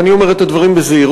ואני אומר את הדברים בזהירות,